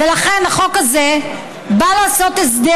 ולכן, החוק הזה בא לעשות הסדר.